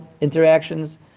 interactions